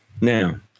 Now